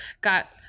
got